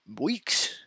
weeks